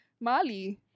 mali